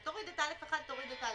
תורידו את (א)(1) ואת (א)(3),